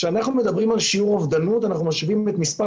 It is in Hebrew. כשאנחנו מדברים על שיעור אובדנות אנחנו מחשבים את מספר